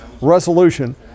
resolution